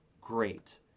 great